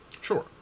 Sure